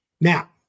Now